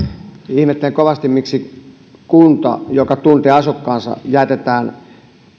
ihmettelen kovasti miksi kunta joka tuntee asukkaansa jätetään